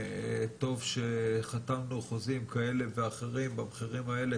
טוב שחתמנו חוזים כאלה ואחרים במחירים האלה,